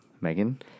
Megan